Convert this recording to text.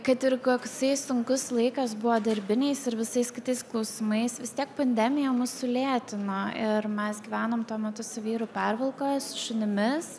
kad ir koks sunkus laikas buvo darbiniais ir visais kitais klausimais vis tiek pandemija mus sulėtino ir mes gyvenom tuo metu su vyru pervalkoje su šunimis